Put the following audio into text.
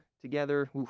together